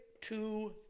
two